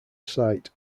site